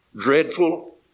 dreadful